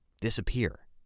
disappear